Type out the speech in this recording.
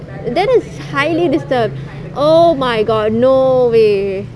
that is highly disturbed oh my god no way